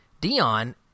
Dion